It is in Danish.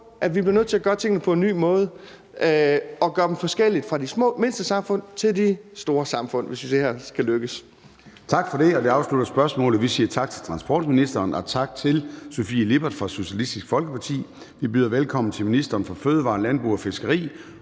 at vi bliver nødt til at gøre tingene på en ny måde og gøre tingene forskelligt i de små samfund og de store byområder, hvis det her skal lykkes. Kl. 13:54 Formanden (Søren Gade): Tak for det. Det afslutter spørgsmålet. Vi siger tak til transportministeren og tak til fru Sofie Lippert fra Socialistisk Folkeparti. Jeg byder nu velkommen til ministeren for fødevarer, landbrug og fiskeri